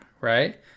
right